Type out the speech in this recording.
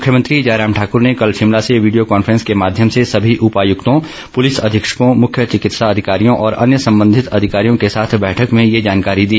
मुख्यमंत्री जयराम ठाकुर ने कल शिमला से वीडियो कॉन्फ्रॅस के माध्यम से सभी उपायुक्तों पुलिस अधीक्षकों मुख्य चिकित्सा अधिकारियों और अन्य संबंधित अधिकारियों के साथ बैठक में ये जानकारी दी